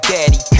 Daddy